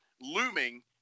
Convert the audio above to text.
looming